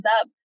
up